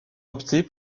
opté